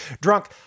Drunk